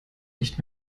nicht